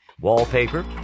Wallpaper